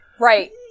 Right